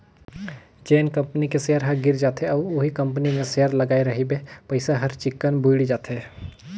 जेन कंपनी के सेयर ह गिर जाथे अउ उहीं कंपनी मे सेयर लगाय रहिबे पइसा हर चिक्कन बुइड़ जाथे